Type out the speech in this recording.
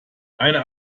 eine